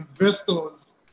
investors